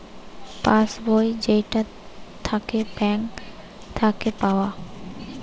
pass বই যেইটা থাকে ব্যাঙ্ক থাকে পাওয়া